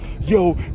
yo